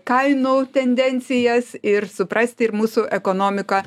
kainų tendencijas ir suprasti ir mūsų ekonomiką